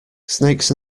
snakes